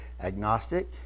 agnostic